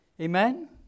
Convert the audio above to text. Amen